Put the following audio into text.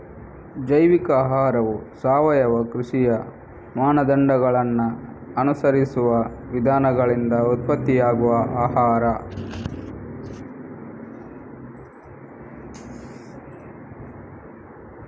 ಜೈವಿಕ ಆಹಾರವು ಸಾವಯವ ಕೃಷಿಯ ಮಾನದಂಡಗಳನ್ನ ಅನುಸರಿಸುವ ವಿಧಾನಗಳಿಂದ ಉತ್ಪತ್ತಿಯಾಗುವ ಆಹಾರ